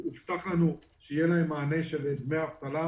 הובטח לנו שיהיה להם מענה של דמי אבטלה,